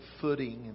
footing